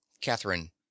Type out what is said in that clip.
catherine